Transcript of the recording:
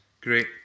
Great